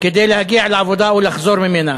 כדי להגיע לעבודה או לחזור ממנה.